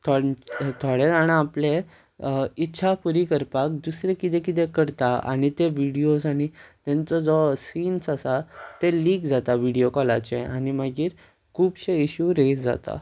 थोडे जाणां आपले इच्छा पुरी करपाक दुसरें कितें कितें करता आनी ते व्हिडियोज आनी तेंचो जो सिन्स आसा ते लीक जाता व्हिडियो कॉलाचे आनी मागीर खुबशे इश्यू रेज जाता